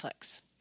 Netflix